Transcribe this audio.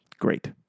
Great